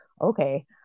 okay